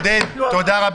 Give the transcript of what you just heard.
תודה.